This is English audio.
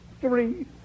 Three